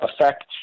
affect